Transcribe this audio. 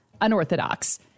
Unorthodox